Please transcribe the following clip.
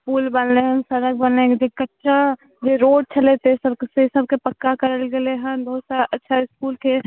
पुल बनलै हँ सड़क बनलै कच्चा जे रोड छलै से सबके पक्का करल गेलै हँ बहुत सारा अच्छा इसकुलके